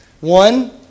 One